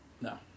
No